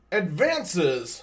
advances